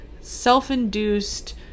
self-induced